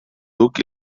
duc